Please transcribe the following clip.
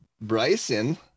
Bryson